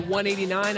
189